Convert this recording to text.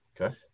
Okay